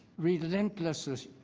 relentless,